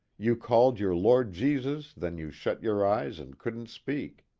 you called your lord jesus, then you shut your eyes and couldn't speak